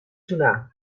تونم